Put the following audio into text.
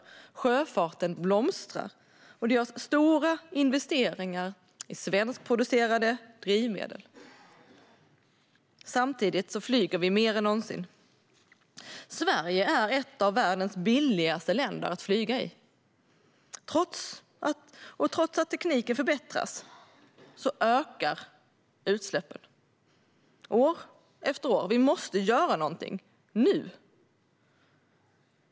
Och sjöfarten blomstrar. Och det görs stora investeringar i svenskproducerade drivmedel. Samtidigt flyger vi mer än någonsin. Sverige är ett av världens billigaste länder att flyga i. Och trots att tekniken förbättras ökar utsläppen år efter år. Vi måste göra någonting nu .